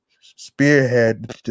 spearhead